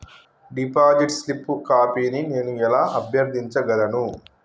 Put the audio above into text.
Deposit slip కాపీని నేను ఎలా అభ్యర్థించగలను?